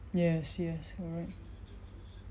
yes yes you're right